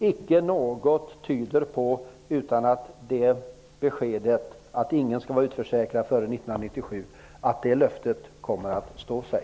Inget tyder på att löftet om att ingen skall bli utförsäkrad före 1997 inte kommer att stå sig.